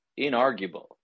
inarguable